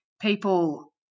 people